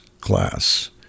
class